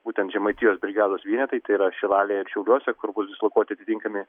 būtent žemaitijos brigados vienetai tai yra šilalėje ir šiauliuose kur bus dislokuoti atitinkami